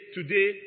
today